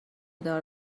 دار